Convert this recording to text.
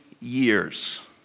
years